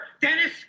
Dennis